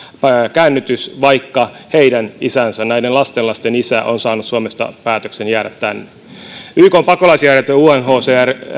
käännytys vaikka heidän isänsä näiden lastenlasten isä on saanut suomesta päätöksen jäädä tänne ykn pakolaisjärjestö unhcr